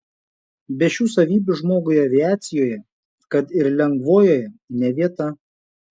be šių savybių žmogui aviacijoje kad ir lengvojoje ne vieta